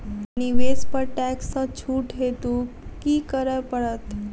निवेश पर टैक्स सँ छुट हेतु की करै पड़त?